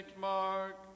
Mark